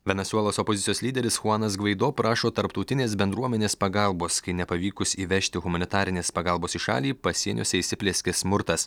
venesuelos opozicijos lyderis chuanas gvaido prašo tarptautinės bendruomenės pagalbos kai nepavykus įvežti humanitarinės pagalbos į šalį pasieniuose įsiplieskė smurtas